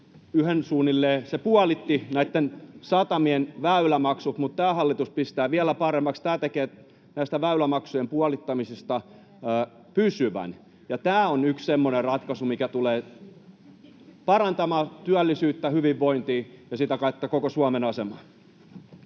yhden suunnilleen — se puolitti näitten satamien väylämaksut, mutta tämä hallitus pistää vielä paremmaksi. Tämä tekee tästä väylämaksujen puolittamisesta pysyvän, ja tämä on yksi semmoinen ratkaisu, mikä tulee parantamaan työllisyyttä, hyvinvointia ja sitä kautta koko Suomen asemaa.